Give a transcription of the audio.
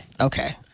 okay